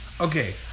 okay